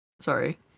Sorry